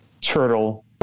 turtle